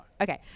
Okay